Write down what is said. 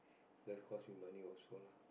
that's cost with money also lah